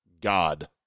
God